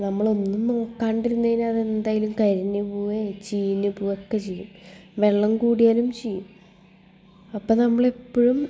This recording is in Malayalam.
നമ്മളൊന്നും നോക്കാണ്ടിരുന്നുകഴിഞ്ഞാൽ അതെന്തായാലും കരിഞ്ഞു പോവുകയോ ചീഞ്ഞു പോവുകയൊക്കെ ചെയ്യും വെള്ളം കൂടിയാലും ചീയും അപ്പോൾ നമ്മളെപ്പോഴും